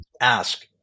ask